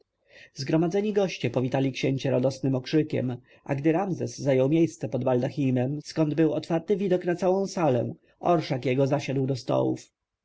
zgromadzeni goście powitali księcia radosnym okrzykiem a gdy ramzes zajął miejsce pod baldachimem skąd był otwarty widok na całą salę orszak jego zasiadł do stołów